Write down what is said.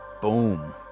Boom